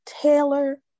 Taylor